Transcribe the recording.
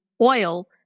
oil